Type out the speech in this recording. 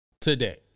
today